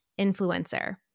influencer